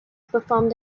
performed